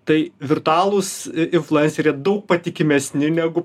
tai virtualūs influenceriai yra daug patikimesni negu